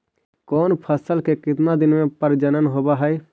कौन फैसल के कितना दिन मे परजनन होब हय?